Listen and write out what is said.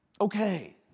okay